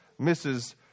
Mrs